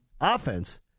offense